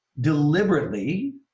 deliberately